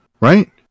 right